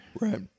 Right